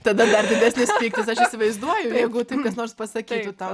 tada dar didesnis pyktis aš įsivaizduoju jeigu kas nors pasakytų tau